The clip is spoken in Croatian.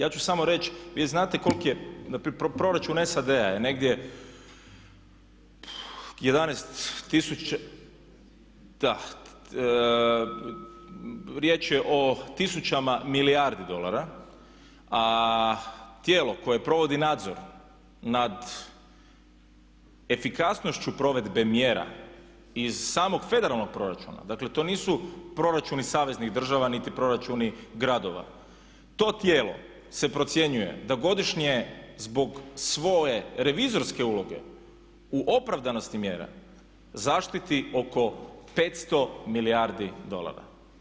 Ja ću samo reći, vi znate koliki je, npr. proračun SAD-a je negdje 11 tisuća, riječ je o tisućama milijardi dolara, a tijelo koje provodi nadzor nad efikasnošću provedbe mjera iz samog federalnog proračuna, dakle to nisu proračuni saveznih država niti proračuni gradova, to tijelo se procjenjuje da godišnje zbog svoje revizorske uloge u opravdanosti mjera zaštiti oko 500 milijardi dolara.